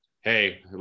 hey